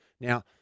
Now